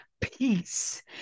peace